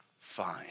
fine